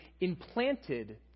implanted